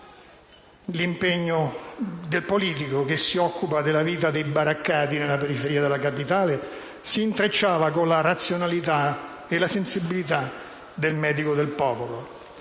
L'impegno del politico, che si occupa della vita dei baraccati nella periferia della capitale, si intrecciava con la razionalità e la sensibilità del medico del popolo.